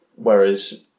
Whereas